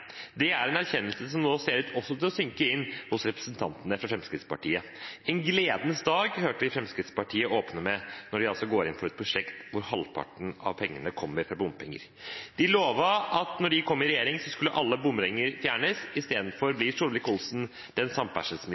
Det er en erkjennelse som nå også ser ut til å synke inn hos representantene fra Fremskrittspartiet. «En gledens dag», hørte vi Fremskrittspartiet åpne med, når de går inn for et prosjekt hvor halvparten av pengene kommer fra bompenger. De lovet at når de kom i regjering, skulle alle bomringer fjernes. I stedet blir Solvik-Olsen den